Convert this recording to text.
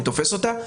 אני תופס אותה.